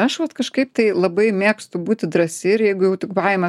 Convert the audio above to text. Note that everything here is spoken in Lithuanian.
aš vat kažkaip tai labai mėgstu būti drąsi ir jeigu jau tik baimę